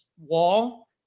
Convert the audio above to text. wall